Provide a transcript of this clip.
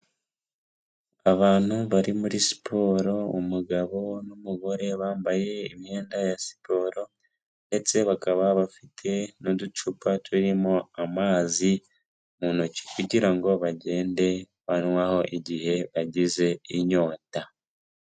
Abantu bari muri siporo, umugabo n'umugore bambaye imyenda ya siporo ndetse bakaba bafite n'uducupa turimo amazi mu ntoki kugirango bagende banywaho igihe bagize inyota.